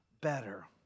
better